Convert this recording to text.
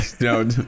no